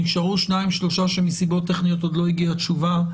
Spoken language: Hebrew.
נשארו שניים-שלושה שמסיבות טכניות עוד לא הגיעה התשובה.